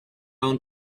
own